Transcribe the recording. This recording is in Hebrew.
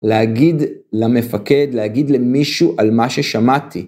להגיד למפקד, להגיד למישהו על מה ששמעתי.